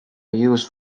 used